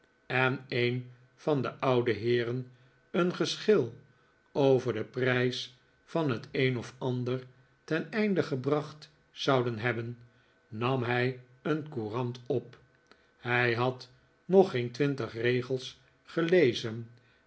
en een van de oude heeren een geschil over den prijs van het een of ander ten einde gebracht zouden hebben nam hij een courant op hij had nog geen twintig regels gelezen